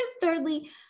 Thirdly